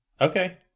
Okay